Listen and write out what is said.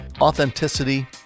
authenticity